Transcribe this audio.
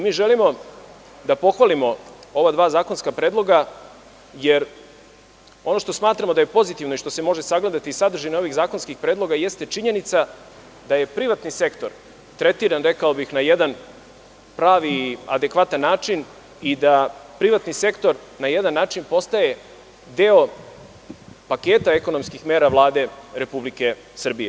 Mi želimo da pohvalimo ova dva zakonska predloga, jer ono što smatramo da je pozitivno i što se može sagledati iz sadržine ovih zakonskih predloga jeste činjenica da je privatni sektor tretiran, rekao bih, na jedan pravi i adekvatan način i da privatni sektor na jedan način postaje deo paketa ekonomskih mera Vlade Republike Srbije.